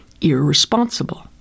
irresponsible